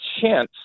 chance